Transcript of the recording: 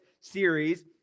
series